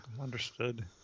understood